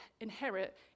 inherit